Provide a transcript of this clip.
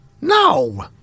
No